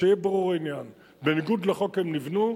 שיהיה ברור העניין: בניגוד לחוק הם נבנו,